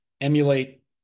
emulate